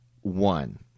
one